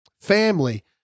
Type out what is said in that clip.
family